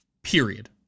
Period